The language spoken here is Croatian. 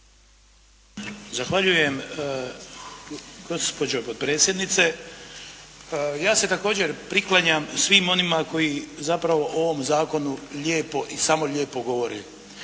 Zahvaljujem gospođo potpredsjednice. Ja se također priklanjam svim onima koji zapravo o ovom Zakonu lijepo i samo lijepo govore.